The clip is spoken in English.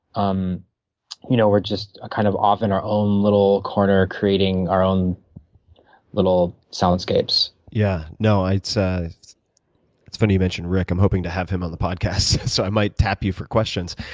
um you know, we're just kind of off in our own little corner creating our own little soundscapes. yeah, no, it's ah it's funny you mention rick. i'm hoping to have him on the podcast, so i might tap you for questions.